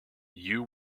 you